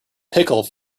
pickle